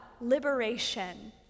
liberation